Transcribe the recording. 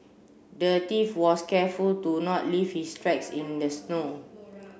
the thief was careful to not leave his tracks in the snow